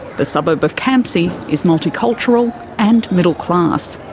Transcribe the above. the suburb of campsie is multicultural and middle class.